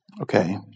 Okay